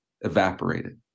evaporated